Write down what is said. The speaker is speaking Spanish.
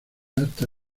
hasta